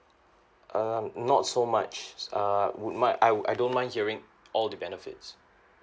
um not so much err would my I won't I don't mind hearing all the benefits